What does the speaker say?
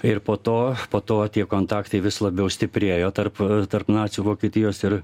ir po to po to tie kontaktai vis labiau stiprėjo tarp tarp nacių vokietijos ir